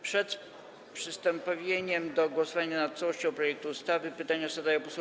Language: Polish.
Przed przystąpieniem do głosowania nad całością projektu ustawy pytania zadają posłowie.